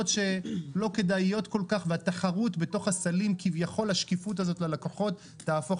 לא כדאיות כל כך והתחרות בתוך הסלים כביכול השקיפות הזאת ללקוחות תהפוך